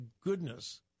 goodness